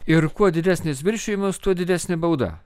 ir kuo didesnis viršijimas tuo didesnė bauda